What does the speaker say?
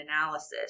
analysis